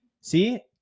See